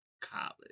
college